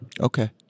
Okay